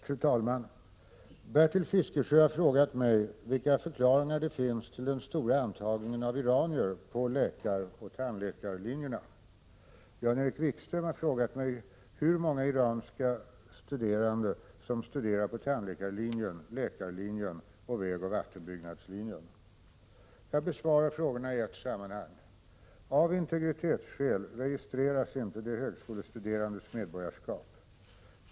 Fru talman! Bertil Fiskesjö har frågat mig vilka förklaringar det finns till den stora antagningen av iranier på läkaroch tandläkarlinjerna. Jan-Erik Wikström har frågat mig hur många iranska studerande som studerar på tandläkarlinjen, läkarlinjen och vägoch vattenbyggnadslinjen. Jag besvarar frågorna i ett sammanhang. Av integritetsskäl registreras inte de högskolestuderandes medborgarskap.